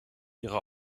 ihre